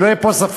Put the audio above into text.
שלא יהיה פה ספק.